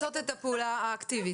לעשות את הפעולה האקטיבית.